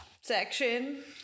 section